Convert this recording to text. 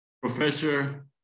Professor